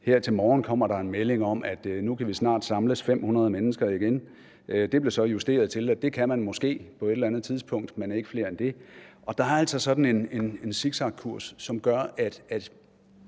Her til morgen kommer der en melding om, at nu kan vi snart samles 500 mennesker igen. Det blev så justeret til, at det kan man måske på et eller andet tidspunkt, men ikke flere end det. Der er altså sådan en zigzagkurs, som jeg tror